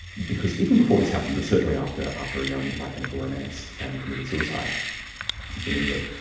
because even before this happened, but certainly after after a young my chemical romance fan committed suicide in england,